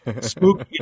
Spooky